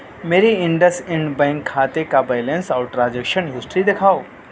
میری IndusInd bank کھاتے کا بیلنس اور ٹرانزیکشن ہشٹری دکھاؤ